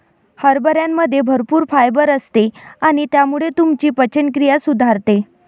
हरभऱ्यामध्ये भरपूर फायबर असते आणि त्यामुळे तुमची पचनक्रिया सुधारते